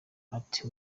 ati